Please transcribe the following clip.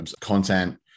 content